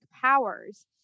powers